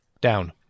down